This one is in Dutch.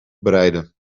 bereiden